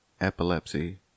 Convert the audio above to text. Epilepsy